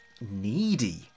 needy